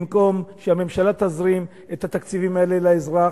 במקום שהממשלה תזרים את התקציבים האלה לאזרח,